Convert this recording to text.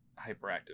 hyperactive